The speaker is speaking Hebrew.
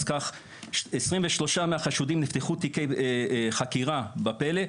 אז כך 23 מהחשודים נפתחו תיקי חקירה בפלא,